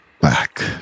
Back